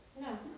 No